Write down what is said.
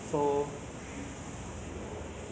it's like in the industries every